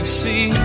see